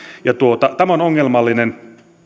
tämä on ongelmallinen